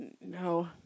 No